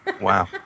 wow